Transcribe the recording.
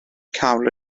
cawl